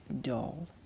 doll